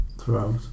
throughout